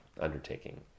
undertaking